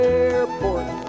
airport